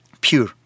pure